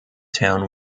town